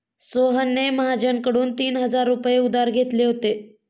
सोहनने महाजनकडून तीन हजार रुपये उधार घेतले होते